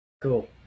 Cool